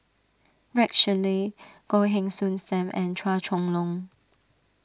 Rex Shelley Goh Heng Soon Sam and Chua Chong Long